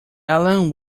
allan